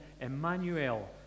Emmanuel